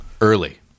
early